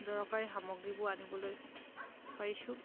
দৰকাৰী সামগ্ৰীবোৰ আনিবলৈ পাৰিছোঁ